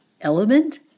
element